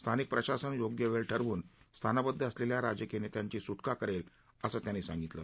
स्थानिक प्रशासन योग्य वेळ ठरवून स्थानबद्द असलेल्या राजकीय नेत्यांची सुटका करेल असं त्यांनी सांगितलं